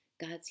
God's